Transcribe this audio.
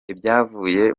ibyavuye